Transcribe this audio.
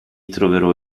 troverò